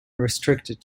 restricted